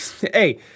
Hey